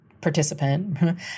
participant